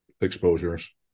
exposures